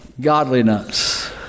godliness